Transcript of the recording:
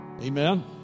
Amen